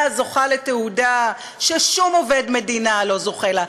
זוכה לתהודה ששום עובד מדינה לא זוכה לה.